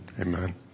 Amen